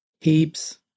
Heaps